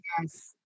yes